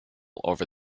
over